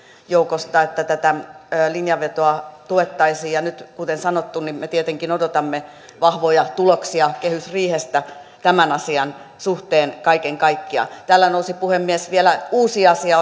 joukosta että tätä linjanvetoa tuettaisiin ja nyt kuten sanottu me tietenkin odotamme vahvoja tuloksia kehysriihestä tämän asian suhteen kaiken kaikkiaan täällä nousi puhemies tässä yhteydessä oikeastaan vielä uusi asia